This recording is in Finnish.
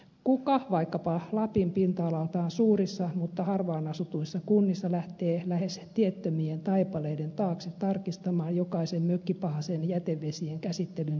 kuka vaikkapa lapin pinta alaltaan suurissa mutta harvaan asutuissa kunnissa lähtee lähes tiettömien taipaleiden taakse tarkistamaan jokaisen mökkipahasen jätevesien käsittelyn tilaa